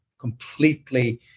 completely